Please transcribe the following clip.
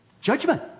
Judgment